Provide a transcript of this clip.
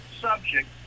subject